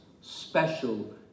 special